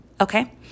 okay